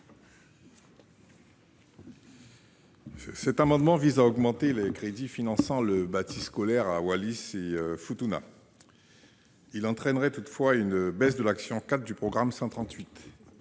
Cet amendement vise à augmenter les crédits finançant le bâti scolaire à Wallis-et-Futuna. Son adoption entraînerait toutefois une baisse de l'action n° 04 du programme 138,